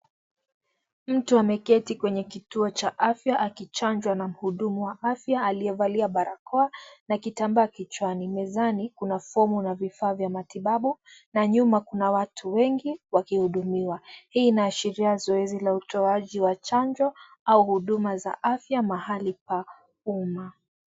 Mtu ameketi kwenye kituo cha afya akichanjwa na mhudumu wa afya aliyevalia barakoa na kitambaa kichwani. Mezani kuna fomu na vifaa vya matibabu na nyuma kuna watu wengi wakihudumiwa. Hii inaashiria zoezi la utoaji wa chanjo au huduma za afya mahali pa umma.